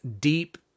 deep